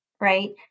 right